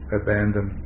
abandon